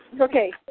Okay